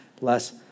less